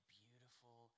beautiful